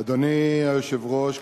אדוני היושב-ראש,